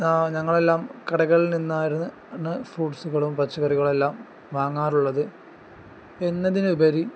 ഞങ്ങൾ എല്ലാം കടകളിൽ നിന്നായിരുന്നു ഫ്രൂട്ട്സുകളും പച്ചക്കറികളെല്ലാം വാങ്ങാറുള്ളത് എന്നതിനുപരി